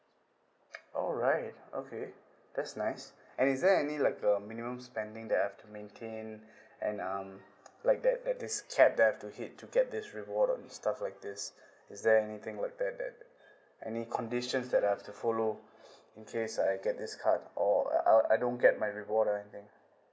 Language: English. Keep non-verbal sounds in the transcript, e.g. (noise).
alright okay that's nice (breath) and is there any like a minimum spending that I have to maintain (breath) and um like that that this cap that I have to hit to get this reward or um stuff like is is there anything like that that (breath) any conditions that I have to follow (breath) in case I get this card or uh I don't get my reward or anything